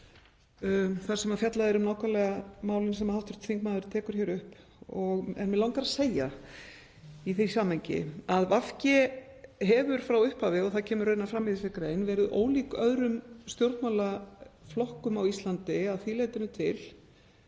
þar sem fjallað er um nákvæmlega málið sem hv. þingmaður tekur hér upp. Mig langar að segja í því samhengi að VG hefur frá upphafi, og það kemur raunar fram í þessari grein, verið ólíkur öðrum stjórnmálaflokkum á Íslandi að því leytinu til